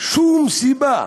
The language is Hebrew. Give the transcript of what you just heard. שום סיבה,